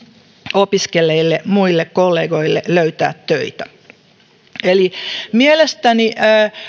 opiskelleille muille kollegoille töitä mielestäni